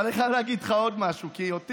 אבל אני חייב להגיד לך עוד משהו, כי אותי